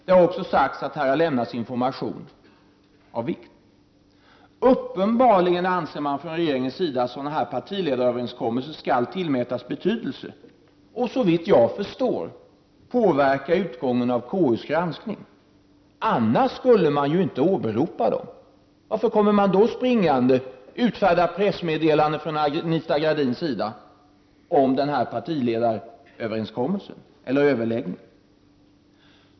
Det har också sagts att det i detta sammanhang har lämnats information av vikt, Uppenbarligen anser man från regeringens sida att sådana partiledaröverenskommelser skall tillmätas betydelse — och såvitt jag förstår — påverka utgången av KUs granskning, annars skulle man ju inte åberopa dem. Varför kommer regeringen då springande? Och varför utfärdar Anita Gradin pressmeddelanden om den här partiledaröverläggningen?